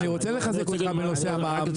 אני רוצה לחזק אותך בנושא המע"מ.